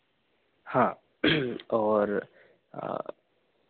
हाँ और